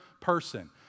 person